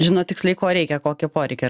žino tiksliai ko reikia kokio poreikio